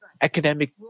academic